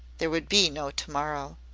there would be no to-morrow.